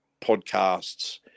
podcasts